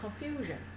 confusion